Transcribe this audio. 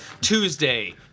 Tuesday